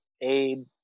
aid